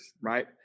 Right